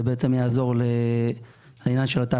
דבר שיעזור לתעסוקה.